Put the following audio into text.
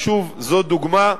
ושוב, זו דוגמה,